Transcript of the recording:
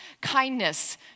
kindness